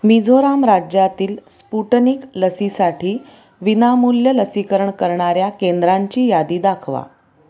मिझोराम राज्यातील स्पुटनिक लसीसाठी विनामूल्य लसीकरण करणाऱ्या केंद्रांची यादी दाखवा